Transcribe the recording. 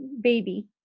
baby